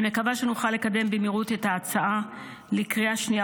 אני מקווה שנוכל לקדם במהירות את ההצעה לקריאה שנייה